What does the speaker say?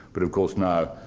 but of course now,